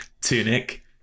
Tunic